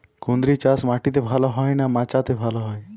কুঁদরি চাষ মাটিতে ভালো হয় না মাচাতে ভালো হয়?